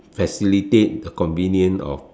facilitate the convenience of